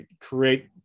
create